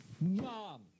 Mom